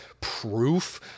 proof